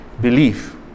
belief